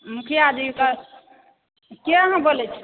मुखियाजी तऽ किया नहि बोलै छी